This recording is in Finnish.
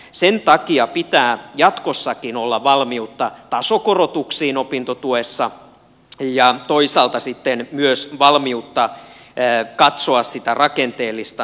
sen takia pitää jatkossakin olla valmiutta tasokorotuksiin opintotuessa ja toisaalta myös valmiutta katsoa rakenteellista uudistusta